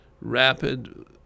rapid